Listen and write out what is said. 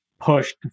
pushed